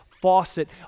faucet